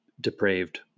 depraved